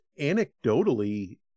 anecdotally